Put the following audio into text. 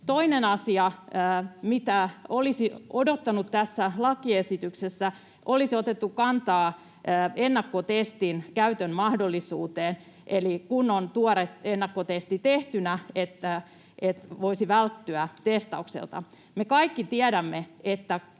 Toinen asia, mitä olisi odottanut tältä lakiesitykseltä, on se, että olisi otettu kantaa ennakkotestin käytön mahdollisuuteen. Eli kun on tuore ennakkotesti tehtynä, voisi välttyä testaukselta. Me kaikki tiedämme, että